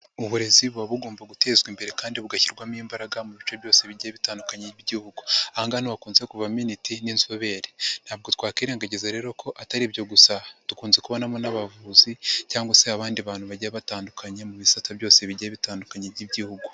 Uburezi buba bugomba gutezwa imbere kandi bugashyirwamo imbaraga mu bice byose bigiye bitandukanye by'igihugu. Aha ngaha niho hakunze kuvamo intiti n'inzobere. Ntabwo twakwirengagiza rero ko atari ibyo gusa, dukunze kubanamo n'abavuzi cyangwa se abandi bantu bagiye batandukanye mu bisata byose bigiye bitandukanye by'igihugu.